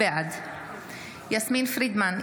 בעד יסמין פרידמן,